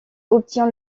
obtient